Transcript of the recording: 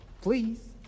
Please